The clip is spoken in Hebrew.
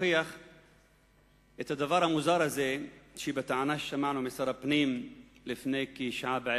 שתוכיח את הדבר המוזר הזה שבטענה ששמענו משר הפנים לפני כשעה.